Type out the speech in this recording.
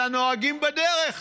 על הנוהגים בדרך.